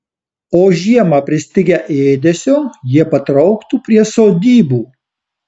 o žiemą pristigę ėdesio jie patrauktų prie sodybų